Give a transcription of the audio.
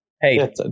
Hey